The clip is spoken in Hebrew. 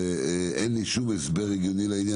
אין לי שום הסבר לזה.